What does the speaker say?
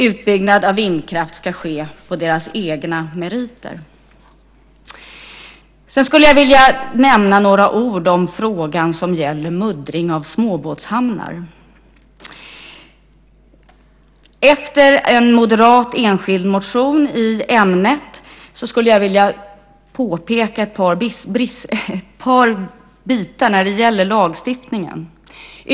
Utbyggnad av vindkraft ska ske på dess egna meriter. Jag vill nämna några ord om frågan som gäller muddring av småbåtshamnar. Efter en moderat enskild motion i ämnet vill jag ta upp ett par delar i lagstiftningen.